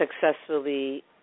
successfully